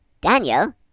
Daniel